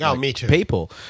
people